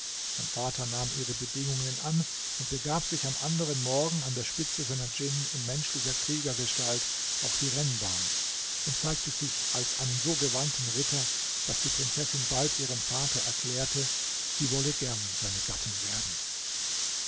mein vater nahm ihre bedingungen an und begab sich am anderen morgen an der spitze seiner djinn in menschlicher kriegergestalt auf die rennbahn und zeigte sich als einen so gewandten ritter daß die prinzessin bald ihrem vater erklärte sie wolle gern seine gattin werden